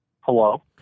Hello